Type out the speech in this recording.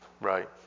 Right